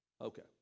Okay